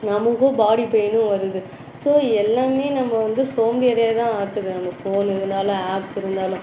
நம்மளுக்கும் பாடி பெயினும் வருது ஸோ எல்லாமே நம்ம வந்து சோம்பேறியாக தான் ஆக்குது நம்ம ஃபோனு இருந்தாலும் ஆப்ஸ் இருந்தாலும்